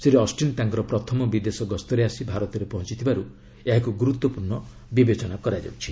Shri Austin ତାଙ୍କର ପ୍ରଥମ ବିଦେଶ ଗସ୍ତରେ ଆସି ଭାରତରେ ପହଞ୍ଚଥିବାରୁ ଏହାକୁ ଗୁରୁତ୍ୱପୂର୍ଣ୍ଣ ବିବେଚନା କରାଯାଉଛି